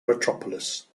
metropolis